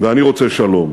ואני רוצה שלום.